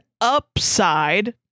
upside